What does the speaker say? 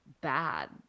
bad